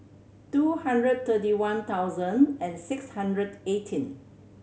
two hundred thirty one thousand and six hundred eighteen